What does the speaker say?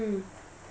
mm